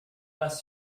pas